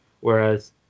whereas